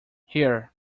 here